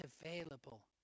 available